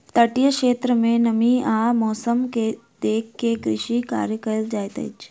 तटीय क्षेत्र में नमी आ मौसम देख के कृषि कार्य कयल जाइत अछि